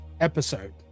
episode